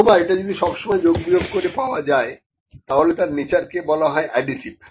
অথবা এটা যদি সবসময় যোগ বিয়োগ করে পাওয়া যায় তাহলে তার নেচার কে বলা হয় এডিটিভ